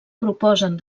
proposen